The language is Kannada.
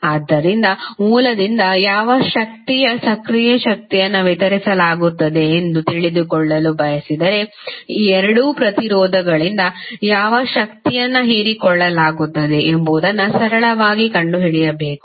ಆದ್ದರಿಂದ ಮೂಲದಿಂದ ಯಾವ ಶಕ್ತಿಯ ಸಕ್ರಿಯ ಶಕ್ತಿಯನ್ನು ವಿತರಿಸಲಾಗುತ್ತದೆ ಎಂದು ತಿಳಿದುಕೊಳ್ಳಲು ಬಯಸಿದರೆ ಈ ಎರಡು ಪ್ರತಿರೋಧಗಳಿಂದ ಯಾವ ಶಕ್ತಿಯನ್ನು ಹೀರಿಕೊಳ್ಳಲಾಗುತ್ತದೆ ಎಂಬುದನ್ನು ಸರಳವಾಗಿ ಕಂಡುಹಿಡಿಯಬೇಕು